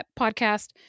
podcast